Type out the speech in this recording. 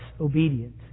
obedience